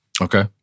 Okay